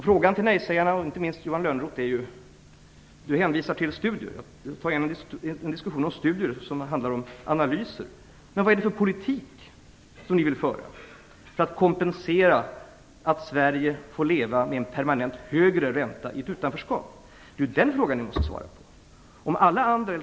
Frågan till nej-sägarna, inte minst till Johan Lönnroth som hänvisar till att man bör ta en diskussion om studier som handlar om analyser, är: Vad är det för politik som ni vill föra för att kompensera det faktum att Sverige får leva med en permanent högre ränta i ett utanförskap? Den frågan måste ni svara på.